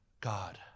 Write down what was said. God